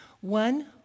One